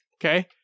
okay